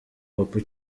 hop